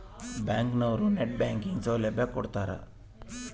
bank ಅವ್ರು net banking ಸೌಲಭ್ಯ ಕೊಡ್ತಾರ